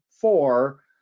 four